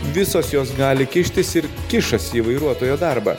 visos jos gali kištis ir kišasi į vairuotojo darbą